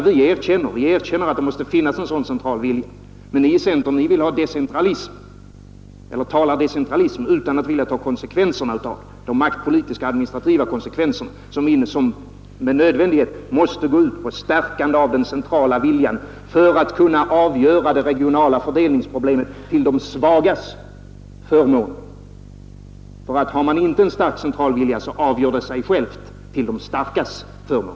Vi erkänner att det måste finnas en sådan central vilja, men ni i centern talar om decentralism utan att vilja ta de maktpolitiska och administrativa konsekvenserna, som med nödvändighet går ut på att stärka den centrala viljan för att kunna avgöra det regionala fördelningsproblemet till de svagas förmån. Har man inte en stark central vilja, så avgör det sig självt till de starkas förmån.